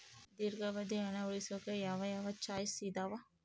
ದೇರ್ಘಾವಧಿ ಹಣ ಉಳಿಸೋಕೆ ಯಾವ ಯಾವ ಚಾಯ್ಸ್ ಇದಾವ?